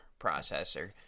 processor